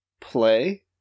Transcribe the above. play